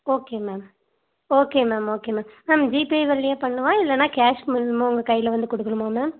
okay ma'am okay ma'am okay ma'am ma'am GPay வழியா பண்ணவா இல்லைன்னா கேஷ் மூலமாக உங்கள் கையில் வந்து கொடுக்கணுமா மேம்